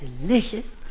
delicious